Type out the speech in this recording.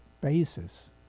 basis